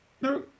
No